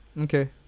okay